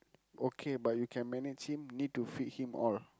okay but you can manage him need to feed him all